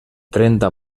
trenta